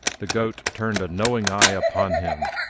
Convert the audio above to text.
the goat turned a knowing eye upon him.